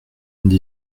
vingt